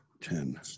Ten